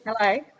Hello